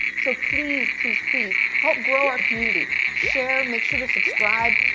so please, please, please, help grow our community. share, make sure to subscribe.